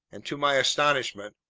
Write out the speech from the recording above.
and to my astonishment,